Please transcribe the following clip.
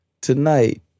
tonight